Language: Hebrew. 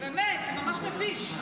באמת, זה ממש מביש.